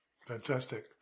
Fantastic